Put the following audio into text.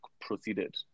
proceeded